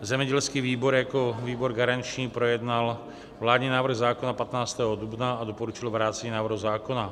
Zemědělský výbor jako výbor garanční projednal vládní návrh zákona 15. dubna a doporučil vrácení návrhu zákona.